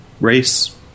race